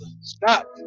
stop